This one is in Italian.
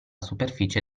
superficie